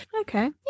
Okay